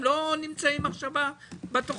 הם לא נמצאים עכשיו בתכנית.